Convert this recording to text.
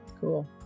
cool